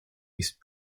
east